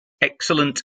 excellent